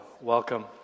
welcome